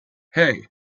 hey